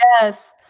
Yes